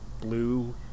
blue